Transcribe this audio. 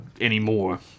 anymore